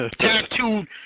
tattooed